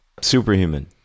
Superhuman